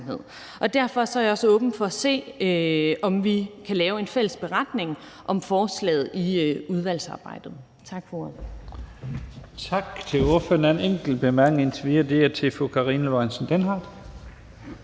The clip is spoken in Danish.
Derfor er jeg også åben over for at se på, om vi kan lave en fælles beretning om forslaget i udvalgsarbejdet.